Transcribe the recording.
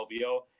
LVO